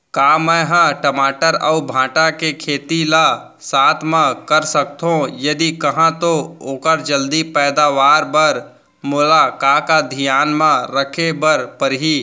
का मै ह टमाटर अऊ भांटा के खेती ला साथ मा कर सकथो, यदि कहाँ तो ओखर जलदी पैदावार बर मोला का का धियान मा रखे बर परही?